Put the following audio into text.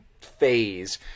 phase